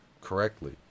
correctly